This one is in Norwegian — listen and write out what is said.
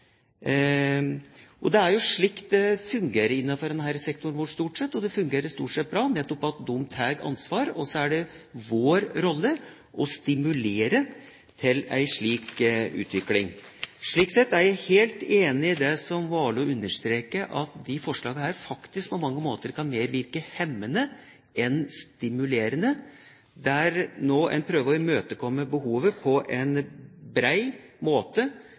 Det er jo slik det stort sett fungerer innenfor denne sektoren, og det fungerer stort sett bra, ved at de nettopp tar ansvar. Og så er det vår rolle å stimulere til en slik utvikling. Slik sett er jeg helt enig i det som Warloe understreker, at disse forslagene faktisk på mange måter mer kan virke hemmende enn stimulerende, der en nå prøver å imøtekomme behovet på en bred måte.